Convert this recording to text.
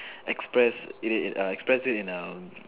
express it express it in a